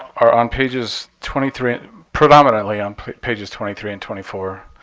are on pages twenty three predominantly on pages twenty three and twenty four.